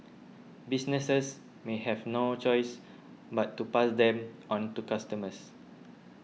businesses may have no choice but to pass them on to customers